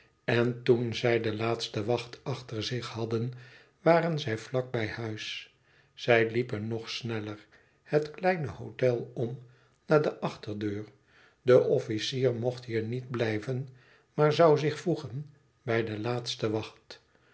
en toen zij de laatste wacht achter zich hadden waren zij vlak bij huis zij liepen nog sneller het kleine hôtel om naar de achterdeur de officier mocht hier niet blijven maar zoû zich voegen bij de laatste wacht